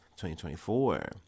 2024